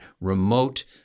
remote